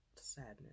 sadness